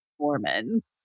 Mormons